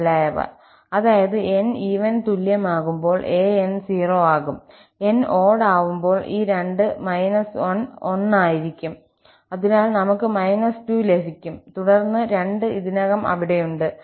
മുതലായവ അതായത് 𝑛 ഈവൻ തുല്യമാകുമ്പോൾ 𝑎n 0 ആകും 𝑛 ഓട് ആവുമ്പോൾ ഈ രണ്ട് −1 1 ആയിരിക്കും അതിനാൽ നമുക്ക് −2 ലഭിക്കും തുടർന്ന് 2 ഇതിനകം അവിടെയുണ്ട്